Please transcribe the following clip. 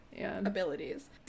abilities